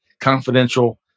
confidential